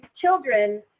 children